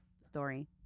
story